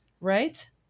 Right